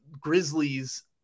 Grizzlies